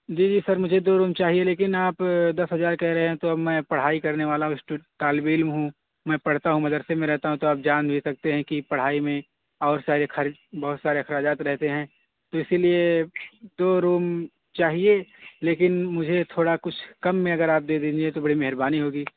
جی جی سر مجھے دو روم چاہیے لیکن آپ دس ہزار کہہ رہے ہیں تو اب میں پڑھائی کرنے والا طالب علم ہوں میں پڑھتا ہوں مدرسے میں رہتا ہوں تو آپ جان بھی سکتے ہیں کہ پڑھائی میں اور سارے خرچ بہت سارے اخراجات رہتے ہیں تو اسی لیے دو روم چاہیے لیکن مجھے تھوڑا کچھ کم میں اگر آپ دے دیں گے تو بڑی مہربانی ہوگی